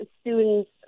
students